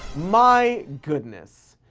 my goodness,